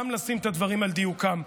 גם לשים את הדברים על דיוקם.